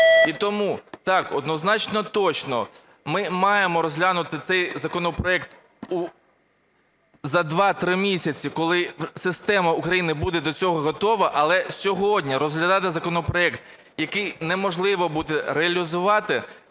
І тому так, однозначно точно ми маємо розглянути цей законопроект за 2-3 місяці, коли система України буде до цього готова, але сьогодні розглядати законопроект, який неможливо буде реалізувати,